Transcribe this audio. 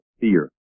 fear